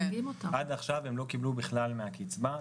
עד עכשיו הם לא קיבלו בכלל מהקצבה.